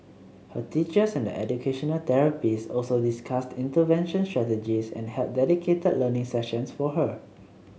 her teachers and the educational therapists also discussed intervention strategies and held dedicated learning sessions for her